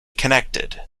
connected